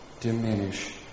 diminish